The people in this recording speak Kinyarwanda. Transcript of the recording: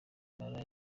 impala